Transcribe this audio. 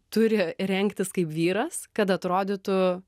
turi rengtis kaip vyras kad atrodytų